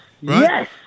Yes